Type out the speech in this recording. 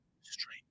straight